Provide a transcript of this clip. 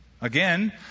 Again